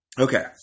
Okay